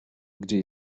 gdzie